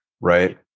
Right